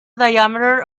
diameter